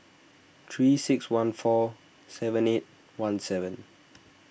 three six one four seven eight one seven